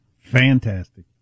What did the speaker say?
Fantastic